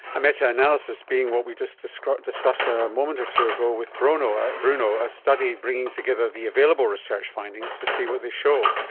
a meta-analysis being what we just discussed discussed a moment or two ago with bruno ah bruno, a study bringing together the available research findings to see what they show.